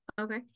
Okay